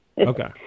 Okay